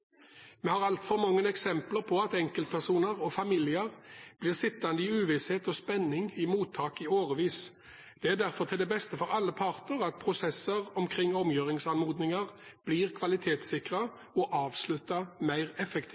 Vi har altfor mange eksempler på at enkeltpersoner og familier blir sittende i uvisshet og spenning i mottak i årevis. Det er derfor til det beste for alle parter at prosesser omkring omgjøringsanmodninger blir kvalitetssikret og avsluttet mer effektivt.